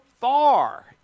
far